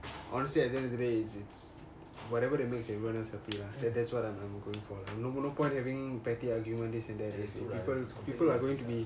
honestly at the end of the day it's it's whatever that makes everyone else happy lah that's what I am going for lah no no point having petty argument this and there people people people are going to be